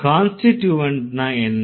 கான்ஸ்டிட்யூவன்ட்ன்னா என்ன